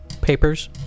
Papers